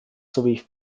sowie